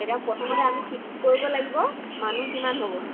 এতিয়া প্ৰথমতে আমি ঠিক কৰিব লাগিব মানুহ কিমান হ'ব